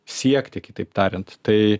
siekti kitaip tariant tai